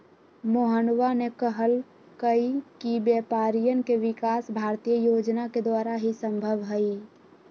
मोहनवा ने कहल कई कि व्यापारियन के विकास भारतीय योजना के द्वारा ही संभव हई